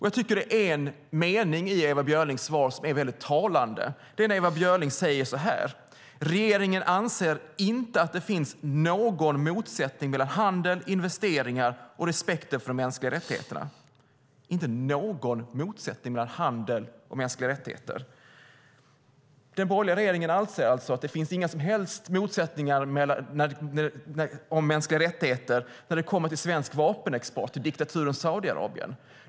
Jag tycker att det finns en mening i Ewa Björlings svar som är mycket talande. Det är när Ewa Björling säger så här: "Regeringen anser inte att det finns någon motsättning mellan handel, investeringar och respekten för mänskliga rättigheter." Den borgerliga regeringen anser alltså att inte finns några som helst motsättningar mellan svensk vapenexport till diktaturen Saudiarabien och mänskliga rättigheter.